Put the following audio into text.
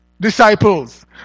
disciples